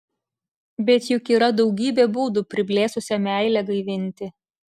bet juk yra daugybė būdų priblėsusią meilę gaivinti